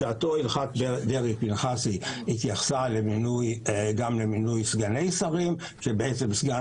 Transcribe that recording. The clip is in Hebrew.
בשעתו הלכת דרעי-פנחסי התייחסה גם למינוי סגני שרים כאשר בעצם סגן